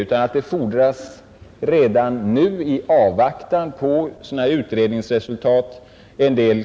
Redan nu fordras en del konkreta åtgärder i avvaktan på utredningsresultaten.